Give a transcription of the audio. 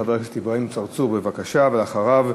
חבר הכנסת אברהים צרצור, בבקשה, ואחריו,